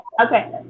okay